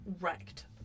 wrecked